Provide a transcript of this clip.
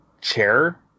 chair